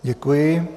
Děkuji.